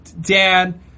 dad